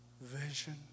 vision